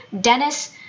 Dennis